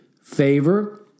Favor